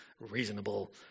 reasonable